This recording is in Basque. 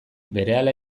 berehala